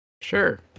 Sure